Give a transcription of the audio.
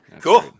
Cool